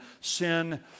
sin